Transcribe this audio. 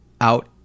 out